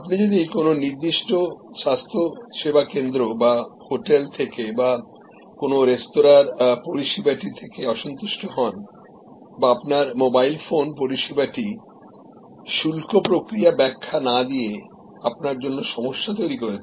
আপনি যদি কোনও নির্দিষ্ট স্বাস্থ্যসেবা কেন্দ্র বা হোটেল থেকে বা কোনও রেস্তোঁরার পরিষেবাটি থেকে অসন্তুষ্ট হন বাআপনার মোবাইল ফোন পরিষেবাটি শুল্ক প্রক্রিয়া ব্যাখ্যা না দিয়ে আপনার জন্য সমস্যা তৈরি করেছে